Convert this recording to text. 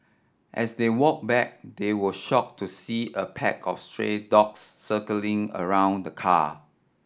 as they walk back they were shocked to see a pack of stray dogs circling around the car